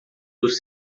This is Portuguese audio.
dos